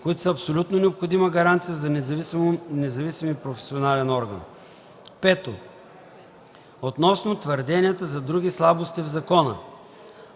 които са абсолютно необходима гаранция за независим и професионален орган. 5. Относно твърденията за други слабости в закона: